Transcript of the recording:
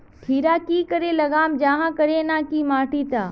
खीरा की करे लगाम जाहाँ करे ना की माटी त?